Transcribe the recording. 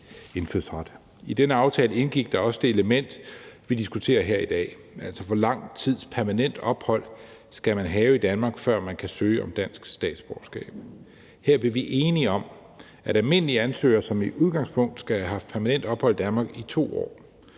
I denne aftale indgik der også det element, vi diskuterer her i dag, nemlig hvor lang tids permanent ophold man skal have i Danmark, før man kan søge om dansk statsborgerskab. Her blev vi enige om, at almindelige ansøgere i udgangspunktet skal have haft permanent ophold i Danmark i 2 år.